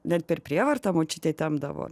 dar per prievartą močiutė temdavo